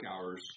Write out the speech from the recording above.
hours